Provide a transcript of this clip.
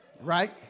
right